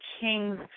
King's